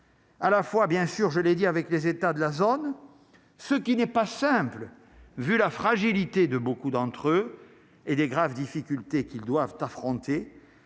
à la fois, bien sûr, je l'ai dit, avec les États de la zone, ce qui n'est pas simple, vu la fragilité de beaucoup d'entre eux et des graves difficultés qu'ils doivent affronter,